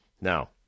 now